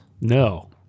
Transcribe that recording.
No